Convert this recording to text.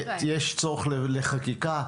יש צורך לחקיקה,